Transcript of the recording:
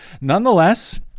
Nonetheless